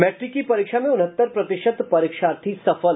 matric की परीक्षा में उनहत्तर प्रतिशत परीक्षार्थी सफल